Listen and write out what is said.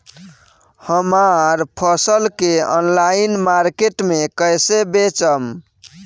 हमार फसल के ऑनलाइन मार्केट मे कैसे बेचम?